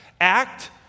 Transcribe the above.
act